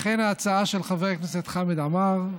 לכן ההצעה של חבר הכנסת חמד עמאר,